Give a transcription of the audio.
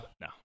no